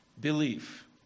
belief